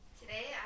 Today